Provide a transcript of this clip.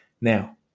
Now